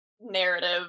narrative